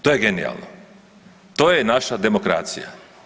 To je genijalno, to je naša demokracija.